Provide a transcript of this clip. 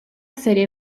serie